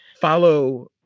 Follow